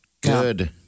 Good